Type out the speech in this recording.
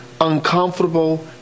uncomfortable